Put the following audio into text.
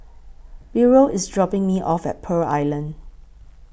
Burrel IS dropping Me off At Pearl Island